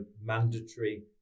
mandatory